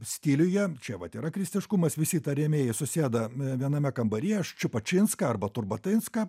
stiliuje čia vat yra kristiškumas visi įtariamieji susėda viename kambaryje ščiupačinska arba turbotinska